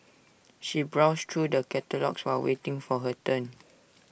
she browsed through the catalogues while waiting for her turn